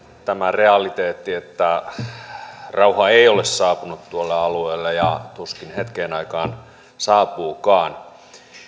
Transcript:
tämä realiteetti että rauha ei ole saapunut tuolle alueelle ja tuskin hetkeen saapuukaan